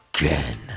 again